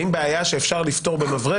האם בעיה שאפשר לפתור במברג,